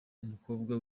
umukobwa